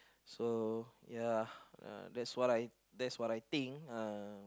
so ya uh that's what I that's what I think uh